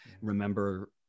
remember